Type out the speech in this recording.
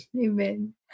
Amen